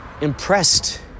Impressed